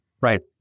Right